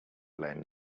blame